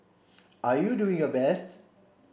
are you doing your best